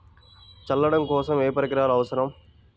చల్లడం కోసం ఏ పరికరాలు అవసరం?